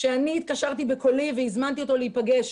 אני התקשרתי בקולי והזמנתי אותו להיפגש.